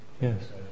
yes